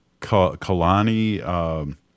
Kalani